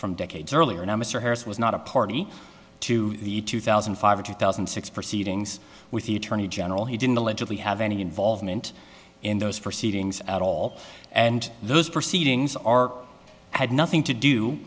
from decades earlier now mr harris was not a party to the two thousand and five or two thousand and six proceedings with the attorney general he didn't allegedly have any involvement in those proceedings at all and those proceedings are had nothing to do